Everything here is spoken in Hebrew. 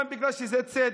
גם בגלל הצדק,